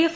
F